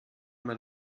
man